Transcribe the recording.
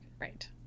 Right